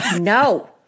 no